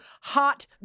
Hot